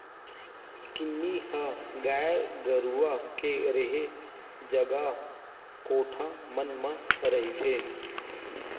किन्नी ह गाय गरुवा के रेहे जगा कोठा मन म रहिथे